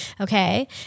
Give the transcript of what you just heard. Okay